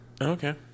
Okay